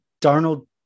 Darnold